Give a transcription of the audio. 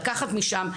לקחת משם,